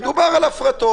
מדובר על הפרטות.